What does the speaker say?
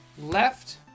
left